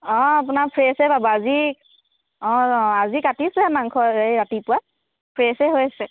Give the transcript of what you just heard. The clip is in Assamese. অ' আপোনাৰ ফ্ৰেছে পাব আজি অ' আজি কাটিছে মাংস এই ৰাতিপুৱা ফ্ৰেছেই হৈ আছে